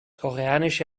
koreanische